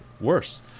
worse